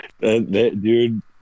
Dude